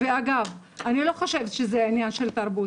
ואגב, אני לא חושבת שזה עניין של תרבות.